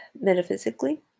metaphysically